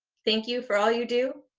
thank you for all you do,